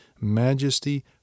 majesty